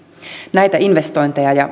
näitä investointeja ja